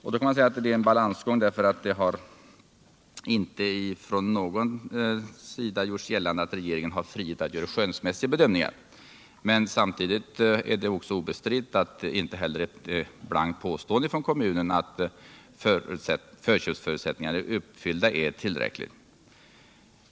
Det blir då en grannlaga avvägning, eftersom det inte från någon sida gjorts gällande att regeringen har frihet att göra skönsmässiga bedömningar. Men samtidigt är det obestritt att inte heller ett blankt påstående från kommunen att förköpsförutsättningarna är uppfyllda är tillräckligt för tillstånd.